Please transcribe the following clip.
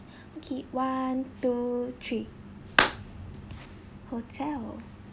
okay one two three hotel